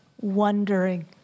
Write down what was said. wondering